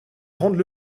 rendent